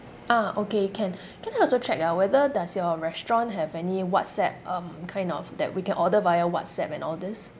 ah okay can can I also check ah whether does your restaurant have any WhatsApp um kind of that we can order via WhatsApp and all these